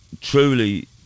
truly